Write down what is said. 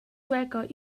sueca